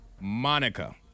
Monica